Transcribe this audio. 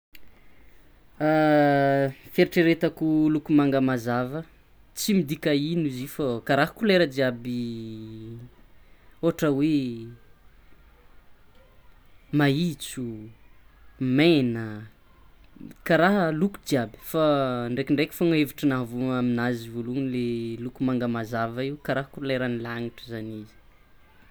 Fieritreretako loko manga mazava tsy midika ino izy io fa kara kolera jiaby ohatra hoe mahintso, mena kara loko jiaby fa ndrekindreky fôgna hevitry navy aminazy voalohany le loko manga mazava io kara koleran'ny lagnitry zany izy.